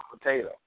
potato